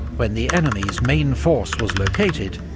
when the enemy's main force was located,